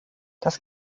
das